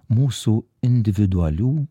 mūsų individualių